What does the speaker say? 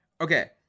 Okay